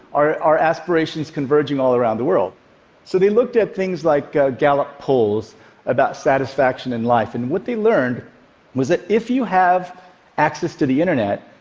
are are aspirations converging all around the world so they looked at things like gallup polls about satisfaction in life and what they learned was that if you have access to the internet,